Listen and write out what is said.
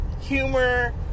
humor